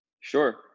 Sure